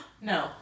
No